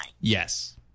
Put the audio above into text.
Yes